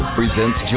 presents